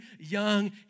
young